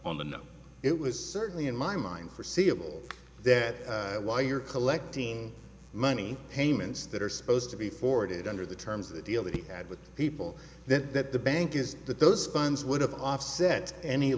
on the no it was certainly in my mind forseeable that while you're collecting money payments that are supposed to be forwarded under the terms of the deal that he had with people then that the bank is that those funds would have offset any